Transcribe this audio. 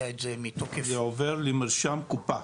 את זה מתוקף --- זה עובר למרשם קופה.